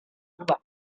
vuba